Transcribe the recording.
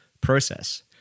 process